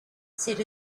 said